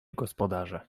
gospodarze